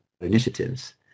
initiatives